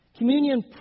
Communion